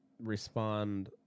respond